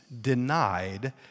denied